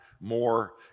more